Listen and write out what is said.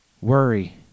Worry